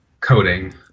coding